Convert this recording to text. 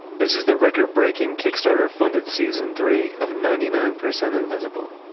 this is the record-breaking kickstarter funded season three of ninety nine percent invisible.